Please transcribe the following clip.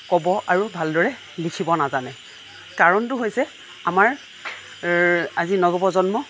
ক'ব আৰু ভালদৰে লিখিব নাজানে কাৰণটো হৈছে আমাৰ আজি নৱপ্ৰজন্মই